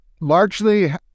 largely